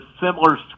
similar